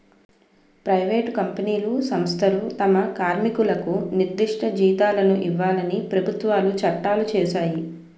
private కంపెనీలు సంస్థలు తమ కార్మికులకు నిర్దిష్ట జీతాలను ఇవ్వాలని ప్రభుత్వాలు చట్టాలు చేశాయి